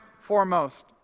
foremost